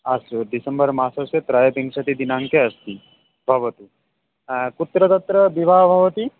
अस्तु दिसम्बरमासस्य त्रयोविंशतिदिनाङ्के अस्ति भवतु कुत्र तत्र विवाहः भवति